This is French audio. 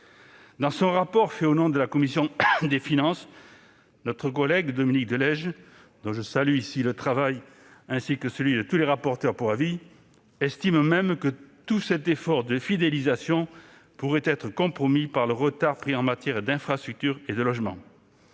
Dans son rapport spécial fait au nom de la commission des finances, Dominique de Legge, dont je salue ici le travail, ainsi que celui de tous les rapporteurs pour avis, estime même que tout cet effort de fidélisation pourrait être compromis par le retard pris en matière d'infrastructures et de logement.